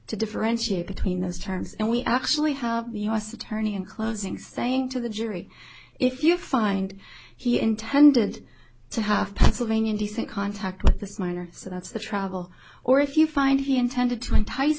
to differentiate between those terms and we actually have u s attorney in closing saying to the jury if you find he intended to have pennsylvania decent contact with this minor so that's the travel or if you find he intended to entice